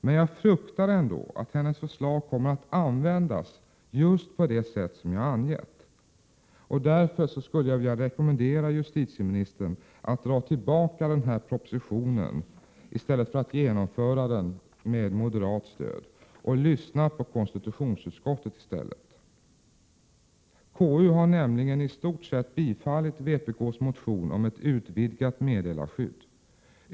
Men jag fruktar ändå att hennes förslag kommer att användas just på det sätt som jag angett. Därför rekommenderar jag justitieministern att i stället för att genomföra förslaget med moderat stöd dra tillbaka propositionen och lyssna på konstitutionsutskottet. KU har nämligen i stort sett tillstyrkt vpk:s motion om ett utvidgat meddelarskydd.